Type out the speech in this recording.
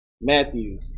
Matthew